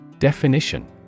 Definition